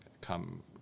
come